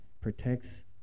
protects